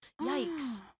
Yikes